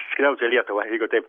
skriaudžia lietuvą jeigu taip